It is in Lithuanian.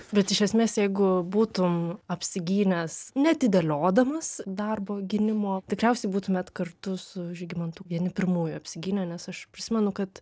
bet iš esmės jeigu būtum apsigynęs neatidėliodamas darbo gynimo tikriausiai būtumėt kartu su žygimantu vieni pirmųjų apsigynę nes aš prisimenu kad